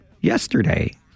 yesterday